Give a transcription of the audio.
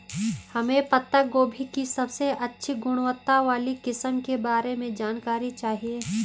हमें पत्ता गोभी की सबसे अच्छी गुणवत्ता वाली किस्म के बारे में जानकारी चाहिए?